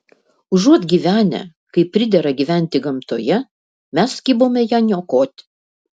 užuot gyvenę kaip pridera gyventi gamtoje mes kibome ją niokoti